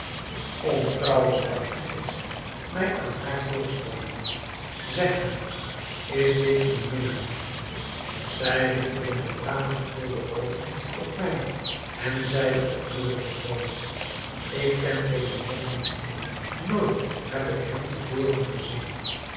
ongetrouwe sprak de geest mij aan haar voorstellende zeg mij is dit uw minnaar niet zij rigtte de met tranen gevulde oogen op mij en zeide op droevigen toon ik ken dezen man niet nooit heb ik hem te voren gezien